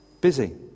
busy